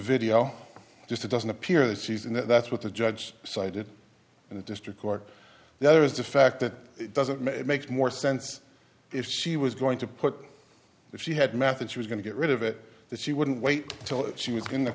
video just it doesn't appear that she's and that's what the judge cited in the district court the other is the fact that it doesn't make more sense if she was going to put if she had method she was going to get rid of it that she wouldn't wait till she was in the